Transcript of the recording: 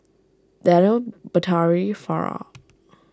Danial Batari Farah